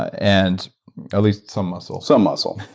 and at least, some muscle. some muscle.